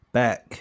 back